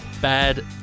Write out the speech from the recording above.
Bad